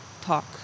talk